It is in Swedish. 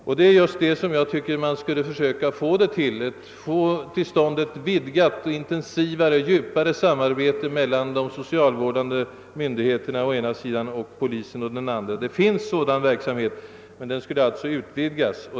Jag tycker att man skulle försöka få till stånd ett vidgat, intensivare och djupare samarbete mellan å ena sidan de socialvårdande myndigheterna och å andra sidan polisen. Sådan verksamhet existerar ju, men den borde alltså utvidgas.